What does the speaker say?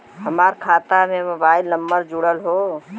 हमार खाता में मोबाइल नम्बर जुड़ल हो?